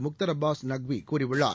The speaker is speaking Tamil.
முக்தர்அப்பாஸ்நக்விகூறியுள்ளார்